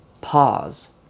pause